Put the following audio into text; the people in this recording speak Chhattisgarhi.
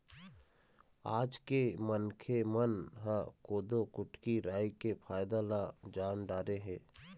आज के मनखे मन ह कोदो, कुटकी, राई के फायदा ल जान डारे हे